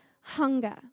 hunger